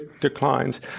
declines